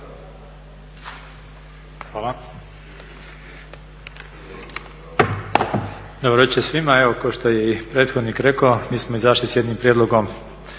Hvala. Dobro večer svima! Evo kao što je i prethodnik rekao mi smo izašli sa jednim prijedlogom